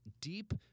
deep